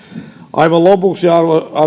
aivan lopuksi arvoisa